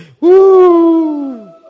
Woo